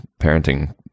parenting